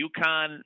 UConn